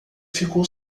ficou